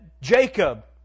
Jacob